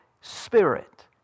Spirit